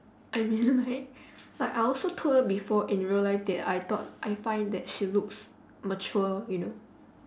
I mean like like I also told her before in real life that I thought that I find that she looks mature you know